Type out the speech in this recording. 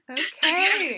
okay